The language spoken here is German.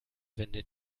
wendet